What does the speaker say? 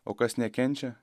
o kas nekenčia